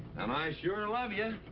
and i sure love you.